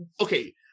okay